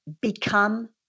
Become